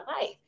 life